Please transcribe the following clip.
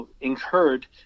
incurred